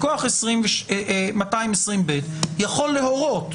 מכוח 220ב יכול להורות,